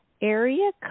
area